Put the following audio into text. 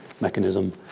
mechanism